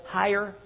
higher